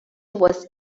was